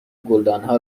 گلدانها